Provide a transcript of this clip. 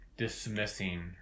dismissing